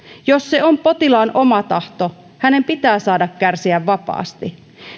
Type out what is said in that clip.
jos se on potilaan oma tahto hänen pitää saada kärsiä vapaasti